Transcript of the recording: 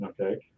Okay